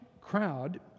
crowd